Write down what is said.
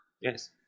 Yes